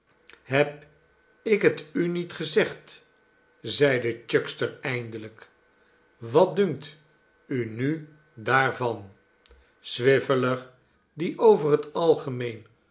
heb ik het u niet gezegd zeide chuckster eindelijk wat dunkt u nu daarvan swiveller die over het algemeen